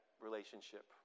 relationship